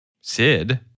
Sid